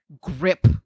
grip